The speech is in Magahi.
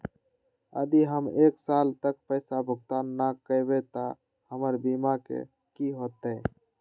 यदि हम एक साल तक पैसा भुगतान न कवै त हमर बीमा के की होतै?